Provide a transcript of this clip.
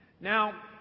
Now